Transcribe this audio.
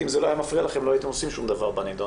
כי אם זה לא היה מפריע לכם לא הייתם עושים שום דבר בנדון.